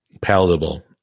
palatable